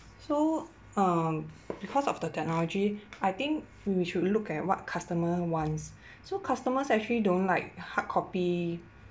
so um because of the technology I think we should look at what customer wants so customers actually don't like hardcopy